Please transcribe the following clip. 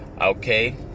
okay